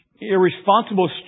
Irresponsible